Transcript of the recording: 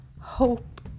hope